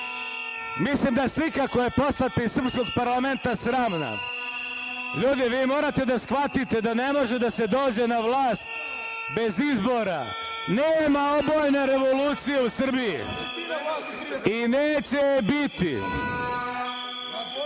vratim. Mislim da je slika koja je poslata iz srpskog parlamenta sramna. Ljudi, vi morate da shvatite da ne može da se dođe na vlast bez izbora. Nema obojene revolucije u Srbiji i neće je biti.